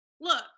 Look